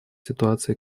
ситуации